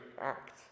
act